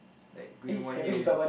like going one year already